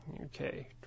Okay